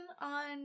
on